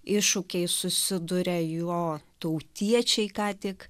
iššūkiais susiduria jo tautiečiai ką tik